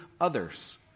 others